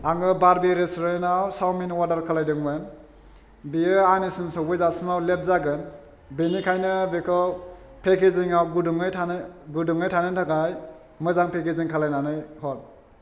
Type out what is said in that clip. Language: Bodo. आङो बार्बि रेस्टुरेन्टआव सावमिन अवार्डार खालामदोंमोन बियो आंनिसिम सौफैजासिमाव लेट जागोन बिनिखायनो बेखौ पेकेजिङाव गुदुङै थानो थाखाय मोजां पेकेजिं खालायनानै हर